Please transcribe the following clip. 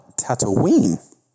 Tatooine